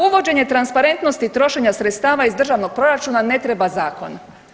Za uvođenje transparentnosti trošenja sredstava iz državnog proračuna ne treba zakon.